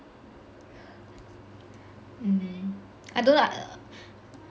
mm I don't know lah